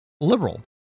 liberal